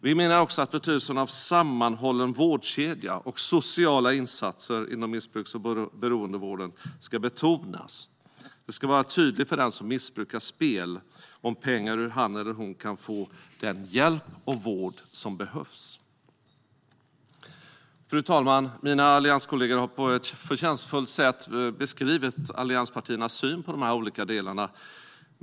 Vi menar också att betydelsen av en sammanhållen vårdkedja och sociala insatser inom missbruks och beroendevården ska betonas. Det ska vara tydligt för den som missbrukar spel om pengar hur han eller hon kan få den hjälp och vård som behövs. Fru talman! Mina allianskollegor har på ett förtjänstfullt sätt beskrivit allianspartiernas syn på de olika delarna.